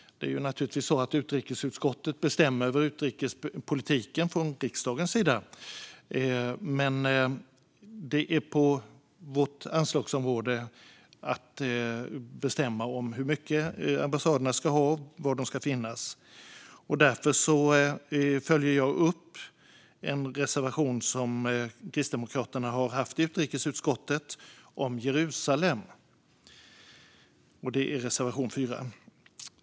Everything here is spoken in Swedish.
Utrikesutskottet bestämmer naturligtvis över utrikespolitiken från riksdagens sida, men det är vårt ansvarsområde att bestämma hur mycket ambassaderna ska ha och var de ska finnas. Därför följer jag upp en reservation som Kristdemokraterna har haft i utrikesutskottet om Jerusalem. Det är reservation 4.